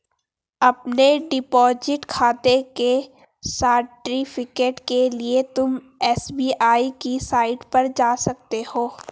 अपने डिपॉजिट खाते के सर्टिफिकेट के लिए तुम एस.बी.आई की साईट पर जा सकते हो